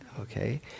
okay